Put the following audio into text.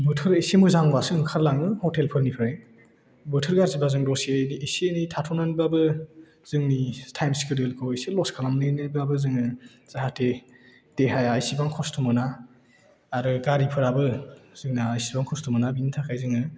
बोथोर एसे मोजांबासो ओंखारलाङो हटेलफोरनिफ्राय बोथोर गाज्रिबा जों दसे एसे एनै थाथ'नानैबाबो जोंनि टाइम सेदिउलखौ एसे लस खालामनानैब्लाबो जोङो जाहाथे देहाया एसेबां खस्थ' मोना आरो गारिफोराबो जोंना इसेबां खस्थ' मोना बेनि थाखाय जोङो